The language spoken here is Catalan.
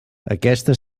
aquesta